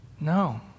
No